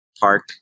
park